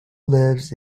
lives